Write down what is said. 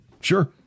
Sure